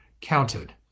counted